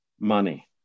money